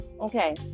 Okay